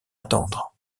attendre